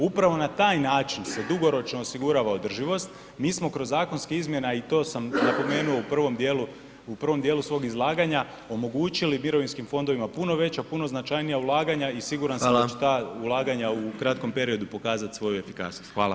Upravo na taj način se dugoročno osigurava održivost, mi smo kroz zakonske izmjene i to sam napomenuo u prvom djelu svog izlagana, omogućili mirovinskim fondovima puno veća, puno značajnija ulaganja i siguran sam da će ta ulaganja u kratkom periodu pokazat svoju efikasnost, hvala.